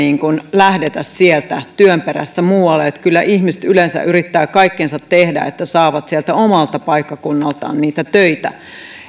lähdetä sieltä työn perässä muualle kyllä ihmiset yleensä yrittävät kaikkensa tehdä että saavat sieltä omalta paikkakunnaltaan niitä töitä